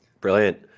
brilliant